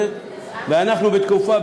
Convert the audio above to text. ואנחנו בתקופה,